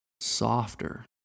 softer